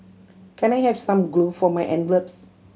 can I have some glue for my envelopes